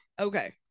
Okay